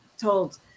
told